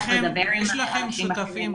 איך לדבר עם אנשים אחרים.